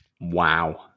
Wow